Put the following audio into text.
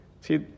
See